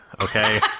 Okay